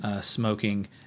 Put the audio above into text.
Smoking